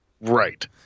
right